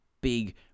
big